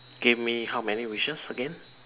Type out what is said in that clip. give me how many wishes again